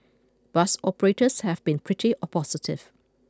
bus operators have been pretty positive